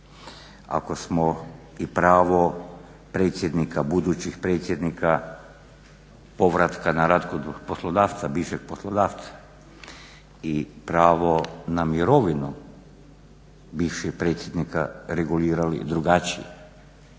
predsjednika, budućih predsjednika, povratka na rad kod bivšeg poslodavca i pravo na mirovinu bivšeg predsjednika regulirali drugačije